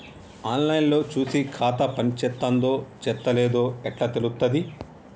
On line లో చూసి ఖాతా పనిచేత్తందో చేత్తలేదో ఎట్లా తెలుత్తది?